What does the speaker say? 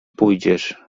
pójdziesz